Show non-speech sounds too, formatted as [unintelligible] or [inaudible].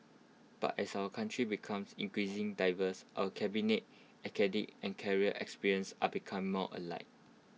but as our country becomes increasing diverse our cabinet [unintelligible] and career experiences are becoming more alike